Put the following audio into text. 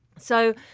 so,